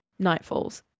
nightfalls